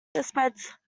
dispenser